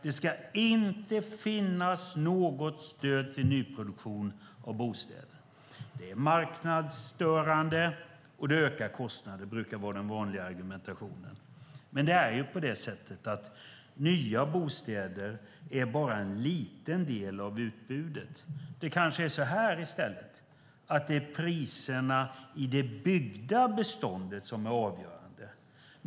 Det ska inte finnas något stöd till nyproduktion av bostäder. Det är marknadsstörande, och det ökar kostnader. Det brukar vara den vanliga argumentationen. Men nya bostäder är ju bara en liten del av utbudet. Det kanske i stället är priserna i det byggda beståndet som är avgörande.